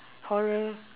horror